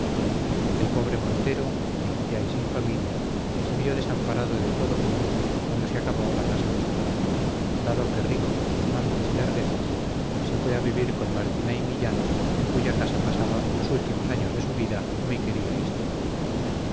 el pobre montero viejo ya y sin familia se vio desamparado de todo punto cuando se acabó la casa de su amo dado que rico con sus mandas y larguezas y se fue a vivir con martina y millán en cuya casa pasaba los últimos años de su vida muy querido y estimado